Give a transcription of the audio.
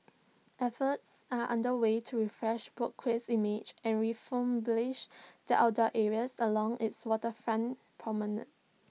efforts are under way to refresh boat Quay's image and refurbish the outdoor areas along its waterfront promenade